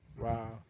Wow